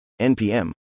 NPM